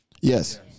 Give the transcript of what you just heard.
Yes